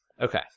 Okay